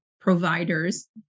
providers